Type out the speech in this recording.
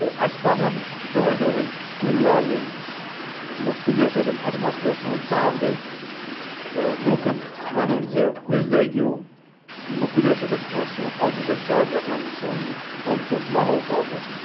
تہٕ اَسہِ پَزَن دۄہَے دۄہَے کُلۍ لاگٕنۍ یِمو کُلٮ۪و سۭتۍ ایٹماسفِیر سون صاف گَژھِ تہٕ لوٗکَن وَنُن زِ کُلۍ لٲگِو یِمو کُلٮ۪و سۭتۍ ہَسا چھُ سون آکسیٖجَن صاف گَژھان سون اوٚنٛد پوٚکھ ماحول صاف گَژھان